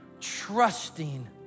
Trusting